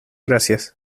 gracias